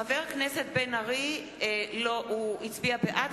חבר הכנסת בן-ארי הצביע בעד,